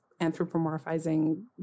anthropomorphizing